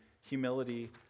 humility